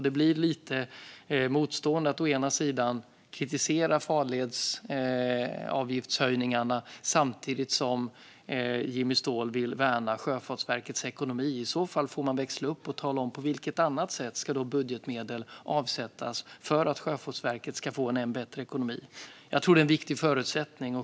Det blir lite motsägelsefullt att som Jimmy Ståhl å ena sidan kritisera farledsavgiftshöjningarna och å andra sidan vilja värna Sjöfartsverkets ekonomi. I så fall får man växla upp och tala om på vilket annat sätt budgetmedel ska avsättas för att Sjöfartsverket ska få en än bättre ekonomi. Jag tror att det är en viktig förutsättning.